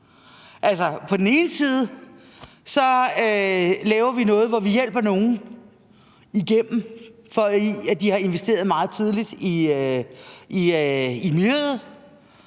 På den ene side laver vi noget, hvor vi hjælper nogle igennem, fordi de har investeret meget tidligt i miljøet,